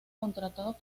contratados